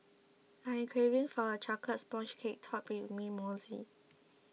I am craving for a Chocolate Sponge Cake Topped with Mint Mousse